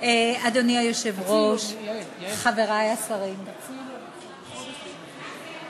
אדוני היושב-ראש, חברי השרים, יעל, תציעי אדוני